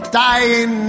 dying